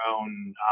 own